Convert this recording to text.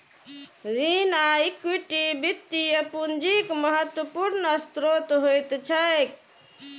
ऋण आ इक्विटी वित्तीय पूंजीक महत्वपूर्ण स्रोत होइत छैक